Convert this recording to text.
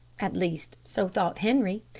at least so thought henri,